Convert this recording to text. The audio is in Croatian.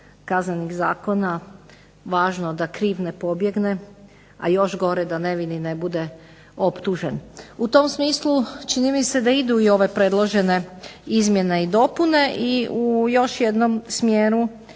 kaznenih zakona važno da kriv ne pobjegne, a još gore da nevini ne bude optužen. U tom smislu čini mi se da idu i ove predložene izmjene i dopune. I u još jednom smjeru,